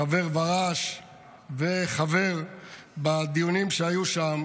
חבר ור"ש וחבר בדיונים שהיו שם,